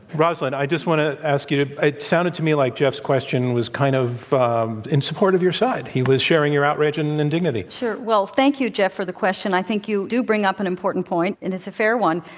roslyn, i just want to ask you it sounded to me like jeff's question was kind of in support of your side. he was sharing your outrage and and indignity. sure. well, thank you, jeff, for the question. i think you do bring up an important point, and it's a fair one.